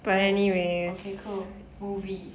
okay cool movie